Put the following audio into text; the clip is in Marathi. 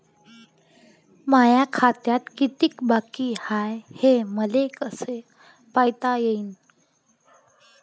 माया खात्यात कितीक बाकी हाय, हे मले कस पायता येईन?